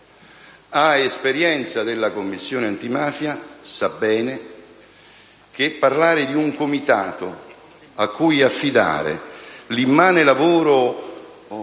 ha esperienza della Commissione antimafia, sa bene che parlare di un Comitato a cui affidare l'immane lavoro